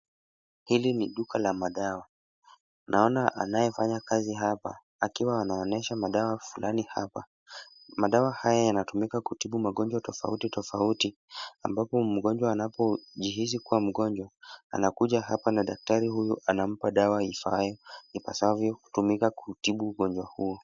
Hili ni duka la madawa. Naona anayefanya kazi hapa, akiwa anaonyesha madawa fulani hapa. Madawa haya yanatumika kutibu magonjwa tofauti tofauti, ambapo mgonjwa anapojihisi kuwa mgonjwa, anakuja hapa na daktari huyu anampa dawa ifaayo, ipasavyo kutumika kutibu ugonjwa huo.